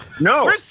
No